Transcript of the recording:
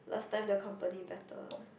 last time the company better